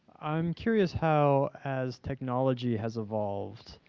i'm curious how as technology has evolved,